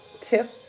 tip